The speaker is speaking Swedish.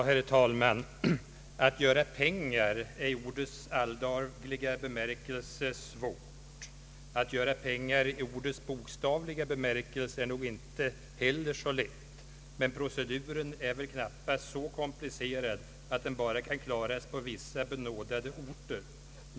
Herr talman! Att göra pengar i ordets alldagliga bemärkelse är svårt. Att göra pengar i ordets bokstavliga bemärkelse är nog inte heller så lätt. Men proceduren är väl knappast så komplicerad att den bara kan klaras på vissa benådade orter.